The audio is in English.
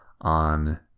on